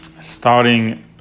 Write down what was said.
starting